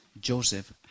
Joseph